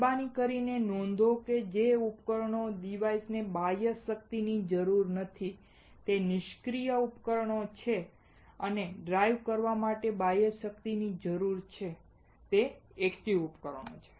મહેરબાની કરીને નોંધ કરો કે જે ઉપકરણને બાહ્ય શક્તિની જરૂર નથી તે નિષ્ક્રીય ઉપકરણો છે અને ડ્રાઇવ કરવામાટે બાહ્ય શક્તિની જરૂર હોય તે એક ઍક્ટિવ ઉપકરણો છે